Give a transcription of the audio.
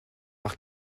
par